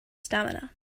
stamina